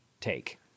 take